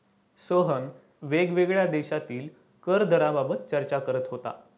सोहन वेगवेगळ्या देशांतील कर दराबाबत चर्चा करत होता